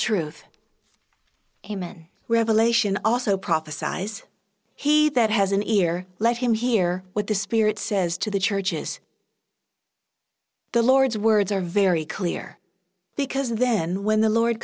truth amen revelation also prophesies he that has an ear let him hear what the spirit says to the churches the lord's words are very clear because then when the lord